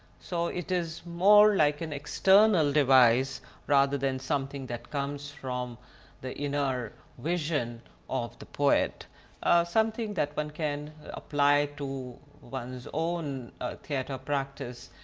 so it is more like an external device rather than something that comes from the inner vision of the poet something that one can apply to one's own theater practice,